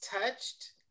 touched